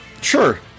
Sure